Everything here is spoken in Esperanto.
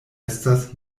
estas